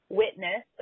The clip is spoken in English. witness